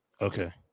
Okay